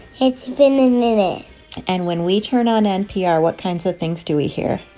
it's been a minute and when we turn on npr, what kinds of things do we hear?